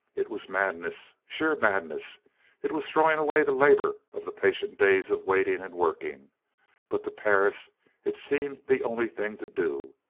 it was madness, sheer madness it was throwing away the labor of the patient days of waiting and working but to perris it seemed the only thing to do.